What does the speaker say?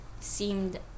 seemed